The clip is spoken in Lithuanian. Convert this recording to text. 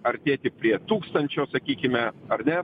artėti prie tūkstančio sakykime ar ne